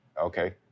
Okay